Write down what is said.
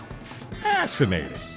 fascinating